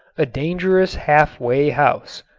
a dangerous half-way house.